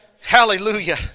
Hallelujah